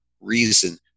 reason